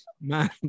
Man